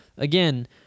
Again